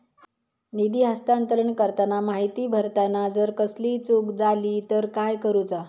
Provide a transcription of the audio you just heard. निधी हस्तांतरण करताना माहिती भरताना जर कसलीय चूक जाली तर काय करूचा?